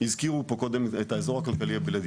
הזכירו פה קודם את האזור הכלכלי הבלעדי,